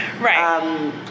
Right